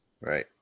Right